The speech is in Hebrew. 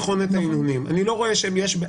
אדוני היושב-ראש,